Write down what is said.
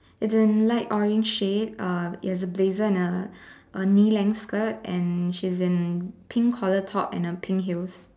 as in light orange shade um it has a blazer and a a knee length skirt and she's in pink collar top and a pink heels